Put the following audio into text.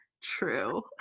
true